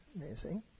amazing